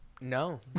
no